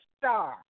star